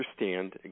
understand